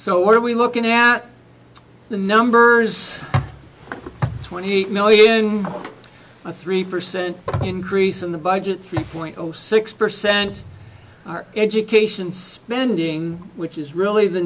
so what are we looking at the numbers twenty eight million in a three percent increase in the budget three point six percent education spending which is really the